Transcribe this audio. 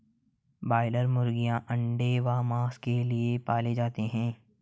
broiler मुर्गीयां अंडा व मांस के लिए पाले जाते हैं